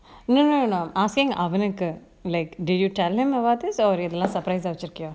no no no asking அவனுக்கு:avanukku like did you tell him about this or இதலாம்:idalam surprise ah வச்சிருக்கியா:vachirukkiya